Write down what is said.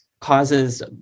causes